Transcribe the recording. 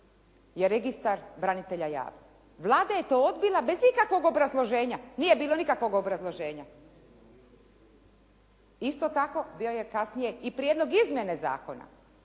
je registar branitelja jal. Vlada je to odbila bez ikakvog obrazloženja, nije bilo nikakvog obrazloženja. Isto tako bio je i kasnije i prijedlog izmjene zakona.